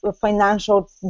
financial